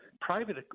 private